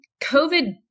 COVID